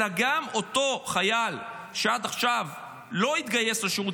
אלא גם אותו חייל שעד עכשיו לא התגייס לשירות